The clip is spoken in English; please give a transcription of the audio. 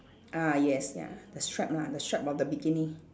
ah yes ya the stripe lah the stripe of the bikini